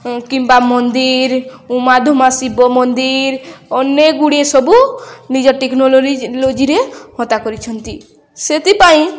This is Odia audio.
କିମ୍ବା ମନ୍ଦିର ଉମାଧୁମା ଶିବ ମନ୍ଦିର ଅନେକ ଗୁଡ଼ିଏ ସବୁ ନିଜ ଟେକ୍ନୋଲୋରିଜଲୋଜିରେ ହତା କରିଛନ୍ତି ସେଥିପାଇଁ